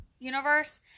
Universe